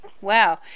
Wow